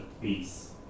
peace